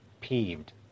peeved